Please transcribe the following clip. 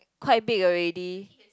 quite big already